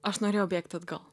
aš norėjau bėgti atgal